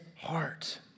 heart